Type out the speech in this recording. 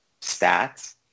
stats